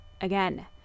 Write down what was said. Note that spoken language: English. Again